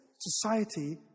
society